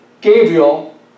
Gabriel